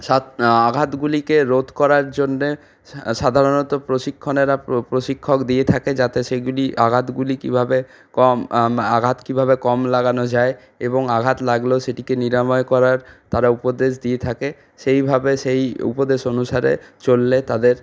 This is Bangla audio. আঘাতগুলিকে রোধ করার জন্যে সাধারণত প্রশিক্ষণেরা প্রশিক্ষক দিয়ে থাকে যাতে সেগুলি আঘাতগুলি কিভাবে কম আঘাত কিভাবে কম লাগানো যায় এবং আঘাত লাগলেও সেটিকে নিরাময় করার তারা উপদেশ দিয়ে থাকে সেইভাবে সেই উপদেশ অনুসারে চললে তাদের